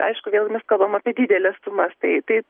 aišku vėl mes kalbam apie dideles sumas tai taip